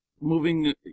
moving